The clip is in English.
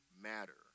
matter